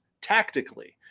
tactically